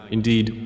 Indeed